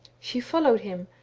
she followed him,